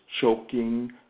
choking